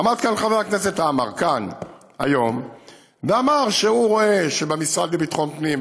עמד כאן חבר הכנסת עמאר היום ואמר שהוא רואה שבמשרד לביטחון הפנים,